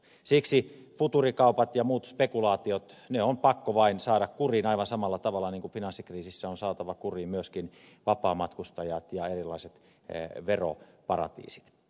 siksi futuurikaupat ja muut spekulaatiot on pakko vain saada kuriin aivan samalla tavalla kuin finanssikriisissä on saatava kuriin myöskin vapaamatkustajat ja erilaiset veroparatiisit